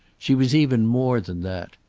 she was even more than that.